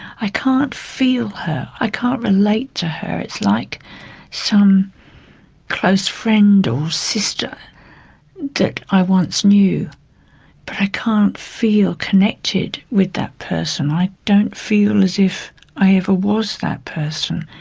i can't feel her, i can't relate to her. it's like some close friend or sister that i once knew, but i can't feel connected with that person. i don't feel as if i ever was that person.